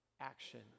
action